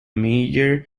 mayor